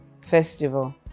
festival